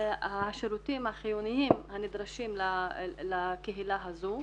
השירותים החיוניים הנדרשים לקהילה הזו.